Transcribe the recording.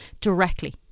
directly